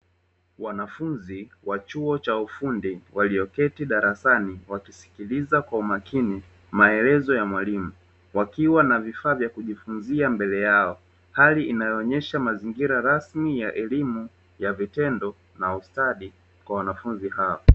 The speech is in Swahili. Wanafunzi wa chuo cha ufundi walio keti darasani wakisikiliza kwa makini maelezo ya mwalimu, wakiwa na vifaa vya kujifunzia mbele yao; hali inayoonyesha mazingira rasmi ya elimu ya vitendo na ustadi kwa Wanafunzi hao.